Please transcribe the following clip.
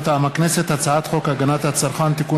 מטעם הכנסת: הצעת חוק הגנת הצרכן (תיקון